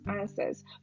answers